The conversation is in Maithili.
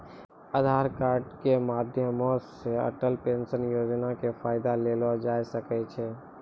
आधार कार्ड के माध्यमो से अटल पेंशन योजना के फायदा लेलो जाय सकै छै